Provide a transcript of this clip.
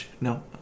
No